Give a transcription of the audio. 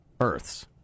earths